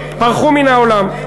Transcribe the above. פרחו מן העולם.